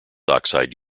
oxide